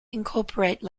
incorporate